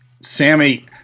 Sammy